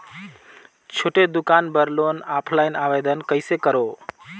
छोटे दुकान बर लोन ऑफलाइन आवेदन कइसे करो?